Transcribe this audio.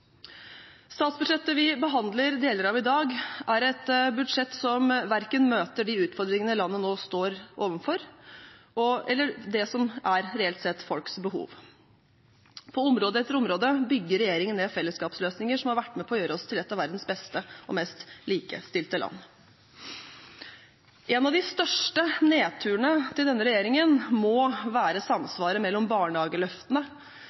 Statsbudsjettet vi behandler deler av i dag, er et budsjett som verken møter de utfordringene landet nå står overfor, eller møter det som reelt sett er folks behov. På område etter område bygger regjeringen ned fellesskapsløsninger som har vært med på å gjøre oss til et av verdens beste og mest likestilte land. En av de største nedturene til denne regjeringen må være samsvaret mellom barnehageløftene